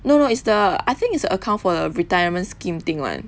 no no it's the I think it's the account for retirement scheme thing [one]